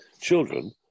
Children